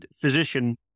physician